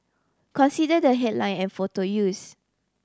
consider the headline and photo use